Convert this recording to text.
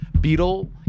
Beetle